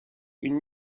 une